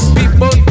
people